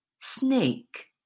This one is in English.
Snake